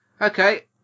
Okay